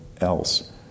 else